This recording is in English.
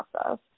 process